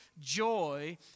joy